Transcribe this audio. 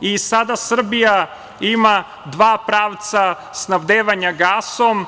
i sada Srbija ima dva pravca snabdevanja gasom.